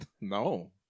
No